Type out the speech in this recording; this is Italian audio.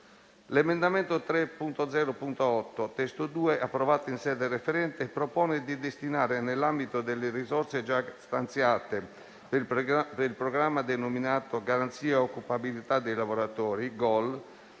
L'emendamento 3.0.8 (testo 2), approvato in sede referente, propone di destinare, nell'ambito delle risorse già stanziate del programma denominato Garanzia occupabilità dei lavoratori (GOL),